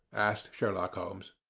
asked sherlock holmes.